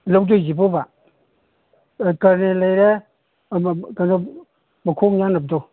ꯂꯧꯗꯣꯏꯁꯤꯕꯣꯕ ꯀꯔꯅꯦꯟ ꯂꯩꯔꯦ ꯑꯃ ꯀꯩꯅꯣ ꯃꯈꯣꯡ ꯌꯥꯟꯅꯕꯗꯣ